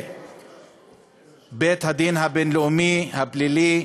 לבית-הדין הבין-לאומי הפלילי.